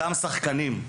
אותם שחקנים,